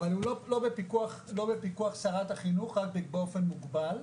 אבל הוא לא בפיקוח שרת החינוך, רק באופן מוגבל.